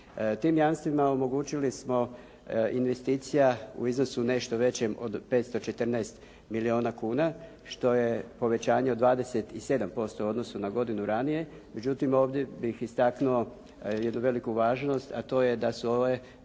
Tim jamstvima omogućili smo investicija u iznosu nešto većem od 514 milijuna kuna što je povećanje od 27% u odnosu na godinu ranije. Međutim ovdje bih istaknuo jednu veliku važnost, a to je da su ove,